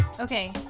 Okay